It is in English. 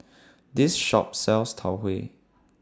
This Shop sells Tau Huay